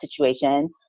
situation